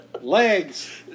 Legs